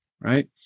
right